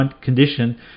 condition